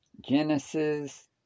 Genesis